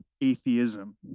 atheism